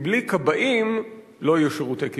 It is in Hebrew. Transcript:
כי בלי כבאים לא יהיו שירותי כיבוי.